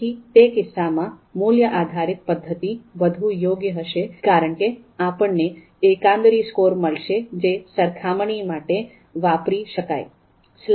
તેથી તે કિસ્સામાં મૂલ્ય આધારિત પદ્ધતિ વધુ યોગ્ય હશે કારણ કે આપણને એકંદરી સ્કોર મળશે જે સરખામણી માટે વાપરી શકાય